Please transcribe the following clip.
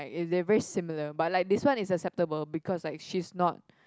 it's they're very similar but like this one is acceptable because like she is not